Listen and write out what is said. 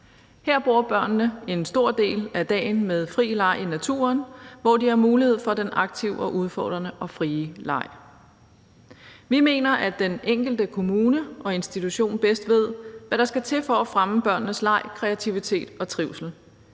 Her bruger børnene en stor del af dagen på fri leg i naturen, hvor de har mulighed for den aktive, udfordrende og frie leg. Vi mener, at den enkelte kommune og institution bedst ved, hvad der skal til for at fremme børnenes leg, kreativitet og trivsel.